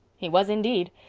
he was, indeed.